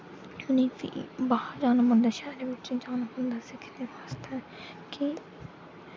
उनेंगी फ्ही बाह्र जाना पौंदा मतलब शैह्रे बिच्च जाना पौंदा सिक्खनें बास्तै कि